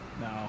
No